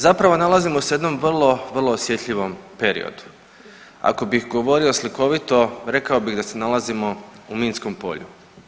Zapravo nalazimo se u jednom vrlo, vrlo osjetljivom periodu, ako bih govorio slikovito rekao bih da se nalazimo u minskom polju.